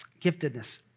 giftedness